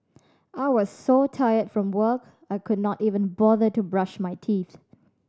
I was so tired from work I could not even bother to brush my teeth